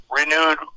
renewed